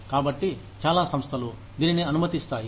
కాబట్టి చాలా సంస్థలు దీనిని అనుమతిస్తాయి